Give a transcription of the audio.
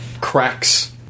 cracks